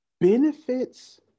benefits